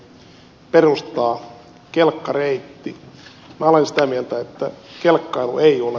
minä olen sitä mieltä että kelkkailu ei ole välttämätöntä